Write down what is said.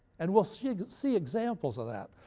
and we'll see see examples of that.